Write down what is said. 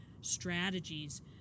strategies